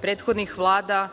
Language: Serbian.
prethodnih vlada